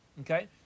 okay